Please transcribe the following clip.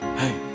hey